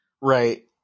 right